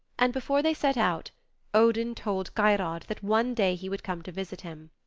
and before they set out odin told geirrod that one day he would come to visit him.